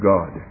God